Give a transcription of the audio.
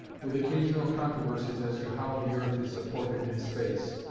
with occasional controversies as to how the earth is supported in space.